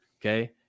okay